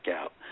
out